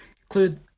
include